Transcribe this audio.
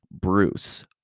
Bruce